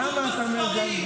למה אתה מזלזל